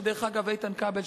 שדרך אגב איתן כבל,